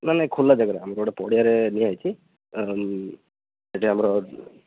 ନାଇଁ ନାଇଁ ଖୋଲା ଜାଗାରେ ଆମେ ଗୋଟେ ପଡ଼ିଆରେ ନିଆ ହେଇଛି ତାର ସେଠି ଆମର